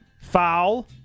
Foul